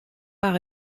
par